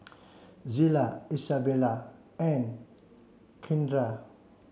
Zillah Izabella and Kindra